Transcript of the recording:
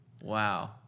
Wow